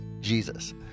Jesus